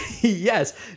yes